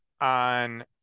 on